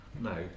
No